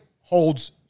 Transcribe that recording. holds